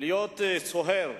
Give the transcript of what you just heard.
להיות סוהר,